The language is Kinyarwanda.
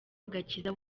agakiza